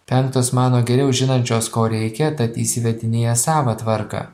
penktos mano geriau žinančios ko reikia tad įsivedinėja savą tvarką